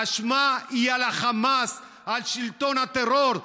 האשמה היא על החמאס, על שלטון הטרור.